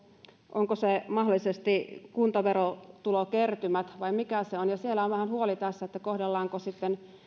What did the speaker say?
onko se mahdollisesti kuntaverotulokertymät vai mikä se on siellä on vähän huoli siitä kohdellaanko sitten